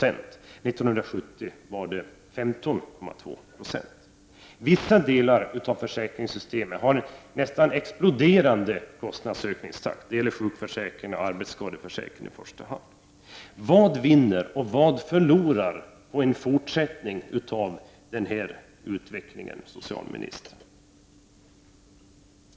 1970 var deras andel 15,2 2. Vissa delar av försäkringssystemen har en närmast exploderande kostnadsutveckling, främst arbetsskadeoch sjukförsäkringarna. Vilka vinner och vilka förlorar på denna utveckling, socialministern?